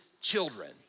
children